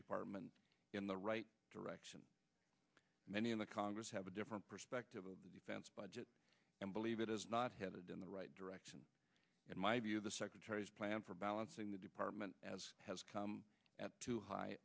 department in the right direction many in the congress have a different perspective of defense budget and believe it is not headed in the right direction in my view the secretary's plan for balancing the department as has come at too high